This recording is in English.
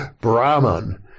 Brahman